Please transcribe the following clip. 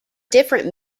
different